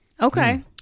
Okay